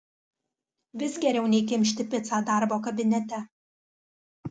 vis geriau nei kimšti picą darbo kabinete